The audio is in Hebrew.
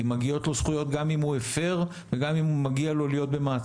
כי מגיעות לו זכויות גם אם הוא הפר וגם אם מגיע לו להיות במעצר.